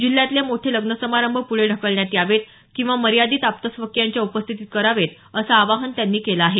जिल्ह्यातले मोठे लग्न समारंभ पूढे ढकलण्यात यावेत किंवा मर्यादित आप्तस्वकीयांच्या उपस्थितीत करावेत असं आवाहन त्यांनी केलं आहे